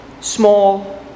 small